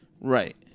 Right